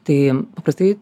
tai paprastai